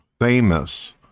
famous